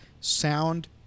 sound